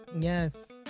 Yes